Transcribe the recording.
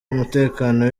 umutekano